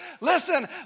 Listen